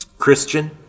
Christian